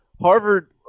Harvard